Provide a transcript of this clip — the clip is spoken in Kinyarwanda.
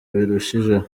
birushijeho